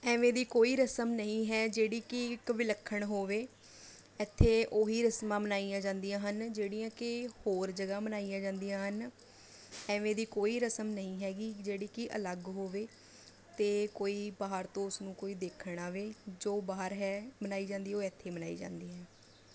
ਐਵੇਂ ਦੀ ਕੋਈ ਰਸਮ ਨਹੀਂ ਹੈ ਜਿਹੜੀ ਕਿ ਇੱਕ ਵਿਲੱਖਣ ਹੋਵੇ ਇੱਥੇ ਉਹੀ ਰਸਮਾਂ ਮਨਾਈਆਂ ਜਾਂਦੀਆਂ ਹਨ ਜਿਹੜੀਆਂ ਕਿ ਹੋਰ ਜਗ੍ਹਾ ਮਨਾਈਆਂ ਜਾਂਦੀਆਂ ਹਨ ਐਵੇਂ ਦੀ ਕੋਈ ਰਸਮ ਨਹੀਂ ਹੈ ਜਿਹੜੀ ਕਿ ਅਲੱਗ ਹੋਵੇ ਅਤੇ ਕੋਈ ਬਾਹਰ ਤੋਂ ਉਸਨੂੰ ਕੋਈ ਦੇਖਣ ਆਵੇ ਜੋ ਬਾਹਰ ਹੈ ਮਨਾਈ ਜਾਂਦੀ ਉਹ ਇੱਥੇ ਮਨਾਈ ਜਾਂਦੀ ਹੈ